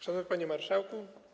Szanowny Panie Marszałku!